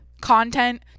content